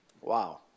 Wow